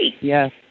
Yes